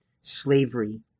slavery